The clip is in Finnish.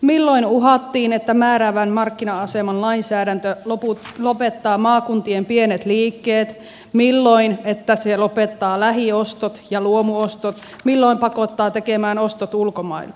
milloin uhattiin että määräävän markkina aseman lainsäädäntö lopettaa maakuntien pienet liikkeet milloin että se lopettaa lähiostot ja luomuostot milloin pakottaa tekemään ostot ulkomailta